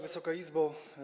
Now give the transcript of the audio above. Wysoka Izbo!